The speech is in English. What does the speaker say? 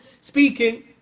speaking